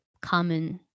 common